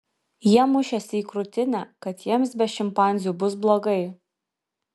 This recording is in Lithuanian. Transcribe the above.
jie mušėsi į krūtinę kad jiems be šimpanzių bus blogai